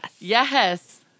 Yes